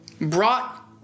brought